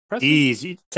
Easy